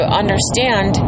understand